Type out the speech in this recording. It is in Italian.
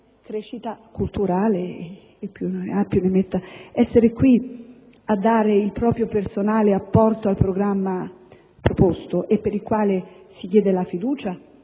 e quant'altro. Essere qui a dare il proprio personale apporto al programma proposto e per il quale si chiede la fiducia